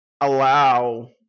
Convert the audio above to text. allow